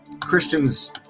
Christians